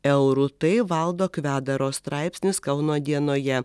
eurų tai valdo kvedaro straipsnis kauno dienoje